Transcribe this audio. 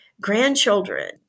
grandchildren